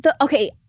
okay